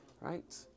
right